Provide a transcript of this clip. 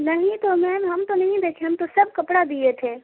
نہیں تو میم ہم تو نہیں دیکھے ہیں ہم تو سب کپڑا دیے تھے